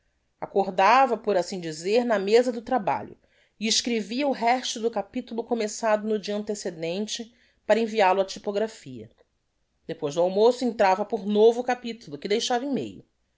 accordava por assim dizer na meza do trabalho e escrevia o resto do capitulo começado no dia antecedente para envial o á typographia depois do almoço entrava por novo capitulo que deixava em meio